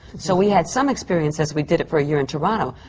so we had some experience as we did it for a year in toronto.